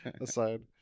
aside